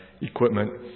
equipment